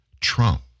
Trump